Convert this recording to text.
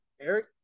Eric